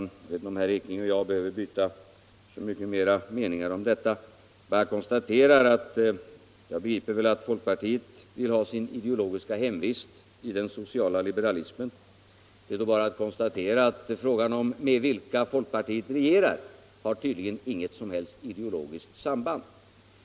Jag vet inte om herr Ekinge och jag behöver byta så många fler ord. Jag begriper väl att folkpartiet vill ha sitt ideologiska hemvist i socialliberalismen. Det är bara att konstatera att det tydligen inte har någon som helst ideologisk betydelse med vilka folkpartiet regerar.